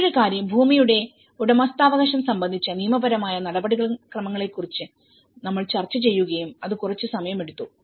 മറ്റൊരു കാര്യം ഭൂമിയുടെ ഉടമസ്ഥാവകാശം സംബന്ധിച്ച നിയമപരമായ നടപടിക്രമങ്ങളെക്കുറിച്ച് ഞങ്ങൾ ചർച്ച ചെയ്യുകയും അത് കുറച്ച് സമയമെടുത്തു